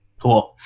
cool.